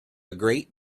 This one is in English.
great